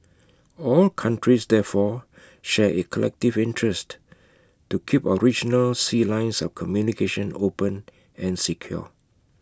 all countries therefore share A collective interest to keep our regional sea lines of communication open and secure